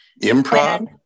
Improv